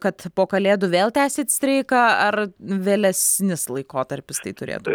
kad po kalėdų vėl tęsit streiką ar vėlesnis laikotarpis tai turėtų būti